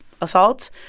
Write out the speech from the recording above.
assault